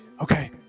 okay